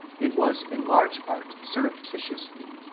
it was in large part surreptitiously.